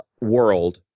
world